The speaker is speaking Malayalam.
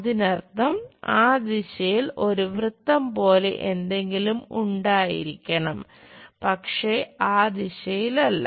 അതിനർത്ഥം ഈ ദിശയിൽ ഒരു വൃത്തം പോലെ എന്തെങ്കിലും ഉണ്ടായിരിക്കണം പക്ഷേ ആ ദിശയിലല്ല